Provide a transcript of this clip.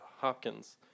Hopkins